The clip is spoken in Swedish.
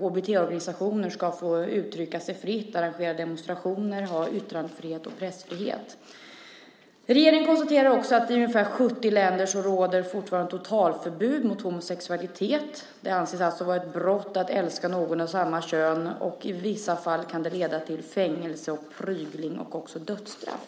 HBT-organisationer ska få uttrycka sig fritt, arrangera demonstrationer och ha yttrandefrihet och pressfrihet. Regeringen konstaterar också att det fortfarande i ungefär 70 länder råder totalförbud mot homosexualitet. Det anses alltså vara ett brott att älska någon av samma kön. I vissa fall kan det leda till fängelse och prygling och också till dödsstraff.